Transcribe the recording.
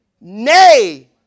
nay